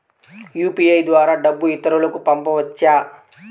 UPI ద్వారా డబ్బు ఇతరులకు పంపవచ్చ?